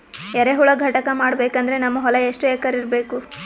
ಎರೆಹುಳ ಘಟಕ ಮಾಡಬೇಕಂದ್ರೆ ನಮ್ಮ ಹೊಲ ಎಷ್ಟು ಎಕರ್ ಇರಬೇಕು?